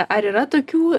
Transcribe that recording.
ar yra tokių